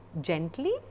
Gently